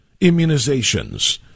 immunizations